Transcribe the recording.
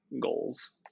goals